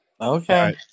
Okay